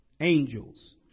angels